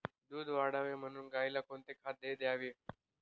दूध वाढावे म्हणून गाईला कोणते खाद्य द्यावे?